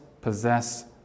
possess